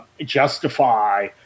justify